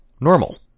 Normal